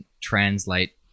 translate